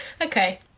Okay